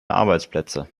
arbeitsplätze